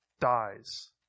dies